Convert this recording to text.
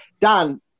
Dan